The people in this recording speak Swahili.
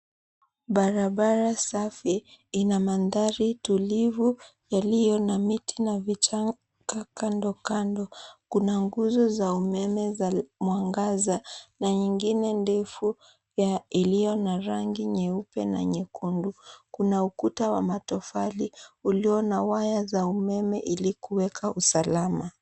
Barabara safi ina mandhari tulivu iliyo na miti na vichaka kando kando kuna nguzo za umeme za mwangaza na nyingin ndeefu iliyo na rangi nyeupe na nyekundu na ukuta wa matofali ulio na waya ya umeme wa kuweka usalama.